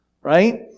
right